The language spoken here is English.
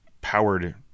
powered